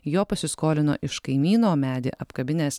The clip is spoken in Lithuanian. jo pasiskolino iš kaimyno medį apkabinęs